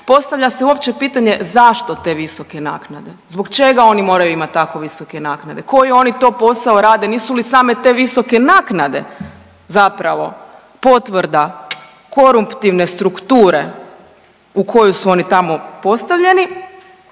Postavlja se uopće pitanje zašto te visoke naknade? Zbog čega oni moraju imati tako visoke naknade? Koji oni to posao rade? Nisu li same te visoke naknade zapravo potvrda koruptivne strukture u kojoj su oni tamo postavljeni.